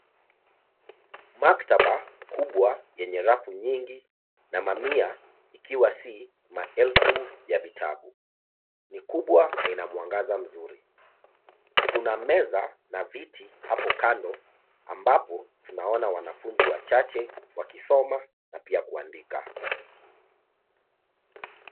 Maktaba kubwa yenye rafu nyingi na mamia ikiwa si maelifu ya vitabu. Ni kubwa na ina mwangaza mzuri. Tuna meza na viti hapo kando ambapo tunaona wanafunzi wachache wakisoma na pia kuandika.